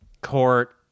Court